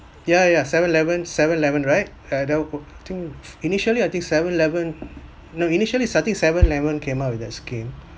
ya ya seven eleven seven eleven right ya there wa~ I think initially I think seven eleven no initially is I think seven eleven came out with that scheme